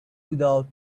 without